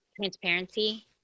transparency